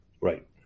Right